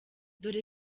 dore